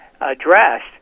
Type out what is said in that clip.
addressed